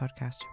podcast